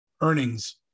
earnings